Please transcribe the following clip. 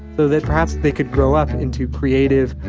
so that perhaps they could grow up into creative,